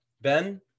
Ben